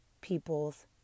people's